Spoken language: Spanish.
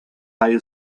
high